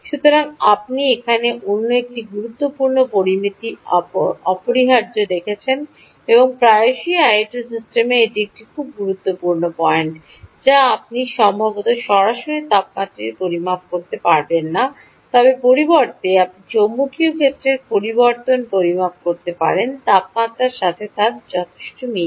সুতরাং আপনি এখানে অন্য একটি গুরুত্বপূর্ণ পরামিতিটি অপরিহার্যভাবে দেখছেন এবং প্রায়শই আইওটি সিস্টেমে এটি একটি খুব গুরুত্বপূর্ণ পয়েন্ট যা আপনি সম্ভবত সরাসরি তাপমাত্রাটি পরিমাপ করতে পারবেন না তবে পরিবর্তে আপনি চৌম্বকীয় ক্ষেত্রের পরিবর্তন পরিমাপ করতে পারেন তাপমাত্রার পরিবর্তনের সাথে মিল